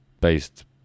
based